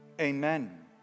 Amen